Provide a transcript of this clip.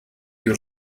you